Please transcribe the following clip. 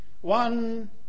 One